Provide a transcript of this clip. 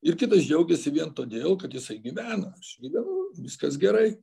ir kitas džiaugiasi vien todėl kad jisai gyvena aš gyvenu viskas gerai